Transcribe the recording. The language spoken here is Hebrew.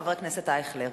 חבר הכנסת אייכלר.